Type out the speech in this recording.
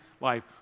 life